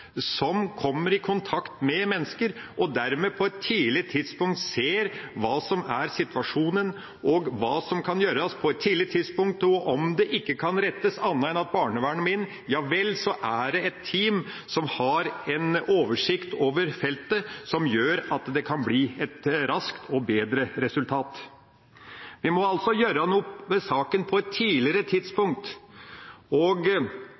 som kommer i kontakt med mennesker, og dermed på et tidlig tidspunkt ser hva som er situasjonen, og hva som kan gjøres. Og om det ikke kan rettes uten at barnevernet må inn, ja vel, så er det et team som har en oversikt over feltet, som fører til at det kan bli et raskt og bedre resultat. Vi må altså gjøre noe med saken på et tidligere tidspunkt, og